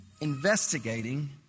investigating